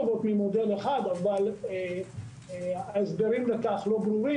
בשאר המוסדות בערים הירוקות שפעלו במהלך השבוע האחרון,